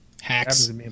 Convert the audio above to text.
hacks